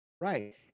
Right